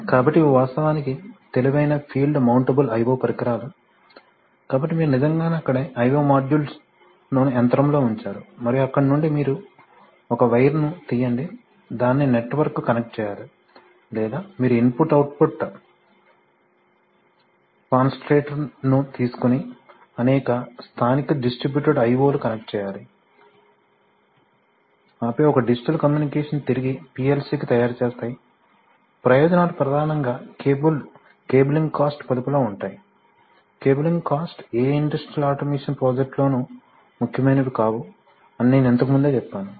కాబట్టి ఇవి వాస్తవానికి తెలివైన ఫీల్డ్ మౌంటబుల్ io పరికరాలు కాబట్టి మీరు నిజంగానే అక్కడే i o మాడ్యూల్ను యంత్రంలో ఉంచారు మరియు అక్కడ నుండి మీరు ఒక వైర్ ను తీయండి దానిని నెట్వర్క్కు కనెక్ట్ చేయాలి లేదా మీరు ఇన్పుట్ అవుట్పుట్ కాన్సన్ట్రేటర్ ను తీసుకొని అనేక స్థానిక డిస్ట్రిబ్యూటెడ్ I O లు కనెక్ట్ చేయాలి ఆపై ఒక డిజిటల్ కమ్యూనికేషన్ను తిరిగి PLC కి తయారుచేస్తాయి ప్రయోజనాలు ప్రధానంగా కేబులింగ్ కాస్ట్ పొదుపులో ఉంటాయి కేబులింగ్ కాస్ట్ ఏ ఇండస్ట్రియల్ ఆటోమేషన్ ప్రాజెక్టులోనూ ముఖ్యమైనవి కావు అని నేను ఇంతకుముందే చెప్పాను